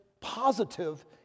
positive